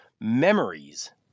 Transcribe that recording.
Memories